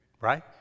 right